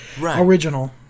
original